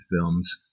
films